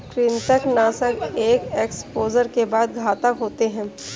कृंतकनाशक एक एक्सपोजर के बाद घातक होते हैं